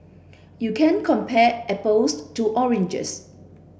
you can't compare apples to oranges